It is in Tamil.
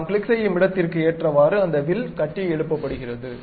நாம் கிளிக் செய்யும் இடத்திற்க்கு எற்றவாறு அந்த வில் கட்டியெழுப்பபடுகிறது